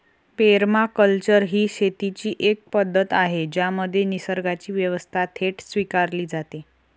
permaculture ही शेतीची एक पद्धत आहे ज्यामध्ये निसर्गाची व्यवस्था थेट स्वीकारली जाते